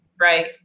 right